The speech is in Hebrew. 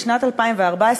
בשנת 2014,